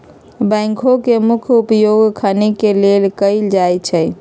backhoe के मुख्य उपयोग खने के लेल कयल जाइ छइ